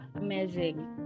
amazing